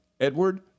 Edward